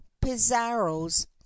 PIZARRO'S